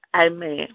Amen